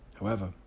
However